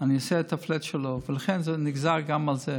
אני עושה את הפלאט שלו, ולכן זה נגזר גם מזה.